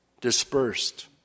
dispersed